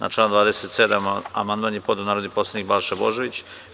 Na član 27. amandman je podneo narodni poslanik Balša Božović.